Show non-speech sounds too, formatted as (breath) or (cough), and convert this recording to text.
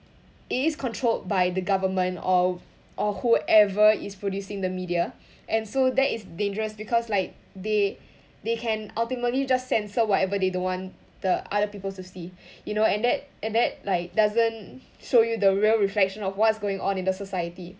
it is controlled by the government or or whoever is producing the media (breath) and so that is dangerous because like they they can ultimately just censor whatever they don't want the other people to see (breath) you know and that and that like doesn't show you the real reflection of what's going on in the society